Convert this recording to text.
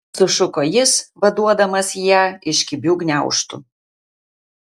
sušuko jis vaduodamas ją iš kibių gniaužtų